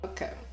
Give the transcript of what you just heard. Okay